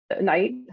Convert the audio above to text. night